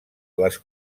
les